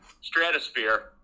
stratosphere